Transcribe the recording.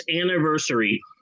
anniversary